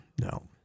no